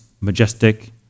majestic